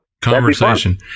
conversation